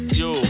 yo